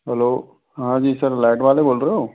hello हाँ जी sir light वाले बोल रहे हो